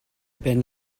ben